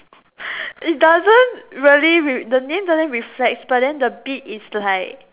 it doesn't really re~ the name doesn't reflects but then the beat is like